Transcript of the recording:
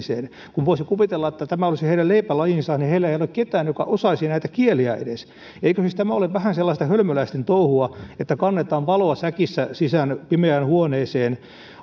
rikosten selvittämiseen kun voisi kuvitella että tämä olisi heidän leipälajinsa niin heillä ei ole ketään joka edes osaisi näitä kieliä eikö siis tämä ole vähän sellaista hölmöläisten touhua että kannetaan valoa säkissä sisään pimeään huoneeseen